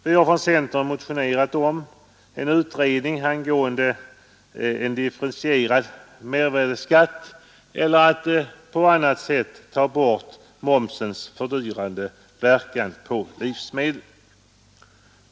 Vi har från centern motionerat om en utredning angående en differentierad mervärdeskatt eller något annat sätt att ta bort momsens fördyrande inverkan på livsmedel.